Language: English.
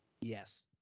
yes